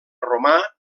romà